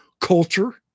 culture